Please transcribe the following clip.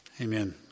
Amen